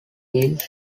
wheels